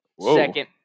Second